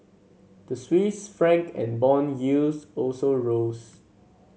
the Swiss Franc and bond yields also rose